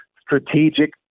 strategic